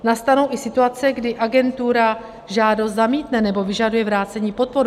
Nastanou i situace, kdy agentura žádost zamítne nebo vyžaduje vrácení podpor.